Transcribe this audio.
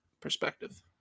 perspective